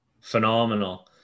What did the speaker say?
phenomenal